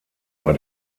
war